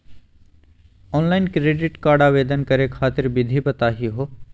Online credit card आवेदन करे खातिर विधि बताही हो?